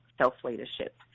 self-leadership